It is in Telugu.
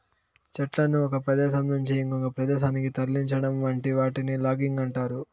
చెట్లను ఒక ప్రదేశం నుంచి ఇంకొక ప్రదేశానికి తరలించటం వంటి వాటిని లాగింగ్ అంటారు